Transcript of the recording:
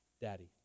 Daddy